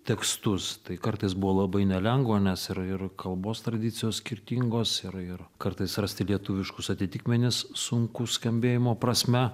tekstus tai kartais buvo labai nelengva nes yra ir kalbos tradicijos skirtingos ir ir kartais rasti lietuviškus atitikmenis sunku skambėjimo prasme